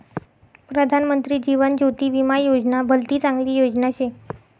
प्रधानमंत्री जीवन ज्योती विमा योजना भलती चांगली योजना शे